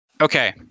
Okay